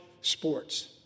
sports